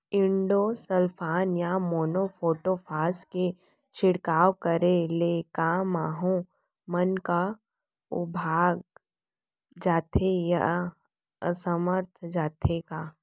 Endosulfan या monocrotophos के छिड़काव करे ले क माहो मन का विभाग जाथे या असमर्थ जाथे का?